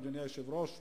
אדוני היושב-ראש,